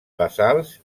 basals